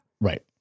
Right